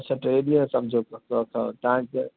अच्छा टे ॾींहं सम्झि तव्हांजे